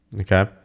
Okay